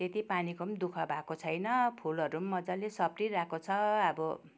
त्यति पानीको पनि दुःख भएको छैन फुलहरू पनि मज्जाले सप्रिरहेको छ अब